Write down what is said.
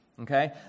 Okay